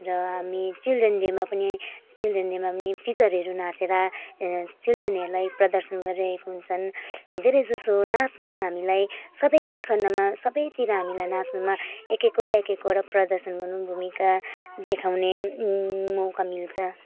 र हामी चिल्ड्रेन डेमा पनि चिल्ड्रेन डेमा पनि टिचरहरू नाचेर चिल्ड्रेनहरूलाई प्रदर्शन गराइरहेको हुन्छन् धेरैजसो नाच्नुमा हामीलाई सबै खन्डमा सबैतिर हामीलाई नाच्नुमा एक एकवटा एक एकवटा प्रदर्शन गर्नु भूमिका देखाउने मौका मिल्छ